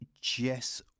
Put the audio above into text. Jess